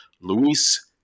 Luis